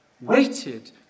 waited